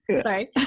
Sorry